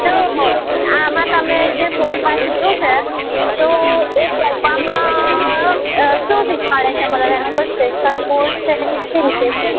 તો આમાં તમે જે સોપા કીધું છે તો એ સોપામાં શું શીખવાડે છે મતલબ એનો કોઈ સ્પેશિયલ કોર્સ છે કે શી રીતે છે